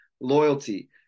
Loyalty